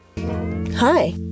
Hi